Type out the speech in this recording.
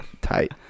Tight